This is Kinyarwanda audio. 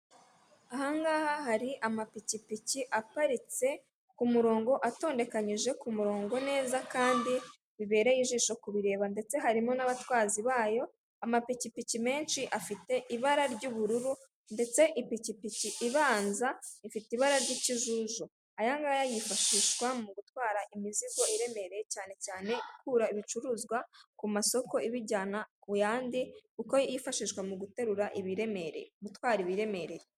Ahangaha hari amapikipiki aparitse ku murongo, atondekanyije ku murongo neza kandi bibereye ijisho kubireba ndetse harimo n'abatwazi bayo. Amapikipiki menshi afite ibara ry'ubururu ndetse ipikipiki ibanza ifite ibara ry'ikijuju, ayangaya yifashishwa mu gutwara imizigo iremereye cyane cyane gukura ibicuruzwa ku masoko ibijyana ku yandi kuko yifashishwa mu guterura ibiremereye, gutwara ibiremereye.